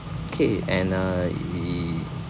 K and uh